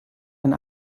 ein